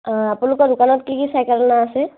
অঁ আপোনালোকৰ দোকানত কি কি চাইকেলনো আছে